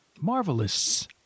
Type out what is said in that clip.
Marvelous